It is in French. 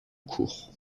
cours